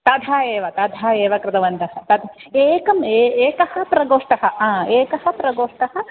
तथा एव तथा एव कृतवन्तः तत् एकम् एकः एकः प्रकोष्ठः हा एकः प्रकोष्ठः